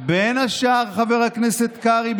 חבר הכנסת קרעי,